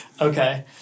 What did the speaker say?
okay